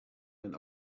and